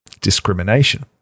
Discrimination